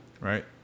right